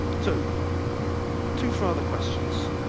so two further questions,